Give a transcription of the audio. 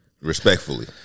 respectfully